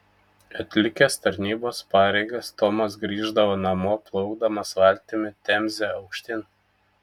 atlikęs tarnybos pareigas tomas grįždavo namo plaukdamas valtimi temze aukštyn